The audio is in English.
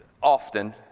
often